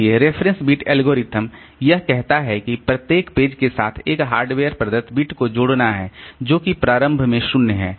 इसलिए reference bit algorithm यह कहता है कि प्रत्येक पेज के साथ एक हार्डवेयर प्रदत बिट को जोड़ना है जो कि प्रारंभ में 0 है